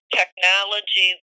technology